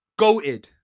Goated